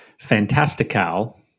fantastical